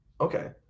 okay